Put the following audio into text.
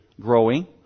growing